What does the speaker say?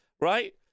right